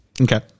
okay